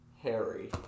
Harry